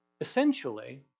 Essentially